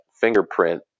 fingerprint